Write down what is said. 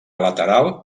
lateral